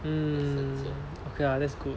mm okay lah that's good